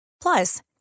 Plus